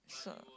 so